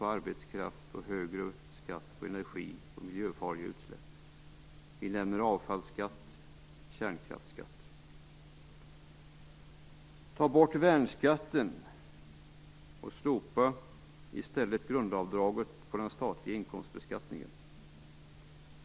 Ta bort värnskatten och slopa i stället grundavdraget på den statliga inkomstbeskattningen.